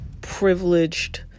privileged